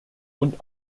und